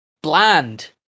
bland